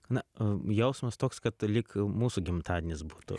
na jausmas toks kad lyg mūsų gimtadienis būtų